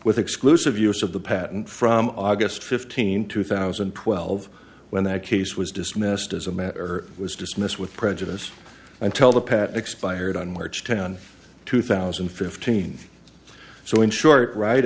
with exclusive use of the patent from august fifteenth two thousand and twelve when that case was dismissed as a matter was dismissed with prejudice until the pat expired on march tenth two thousand and fifteen so in short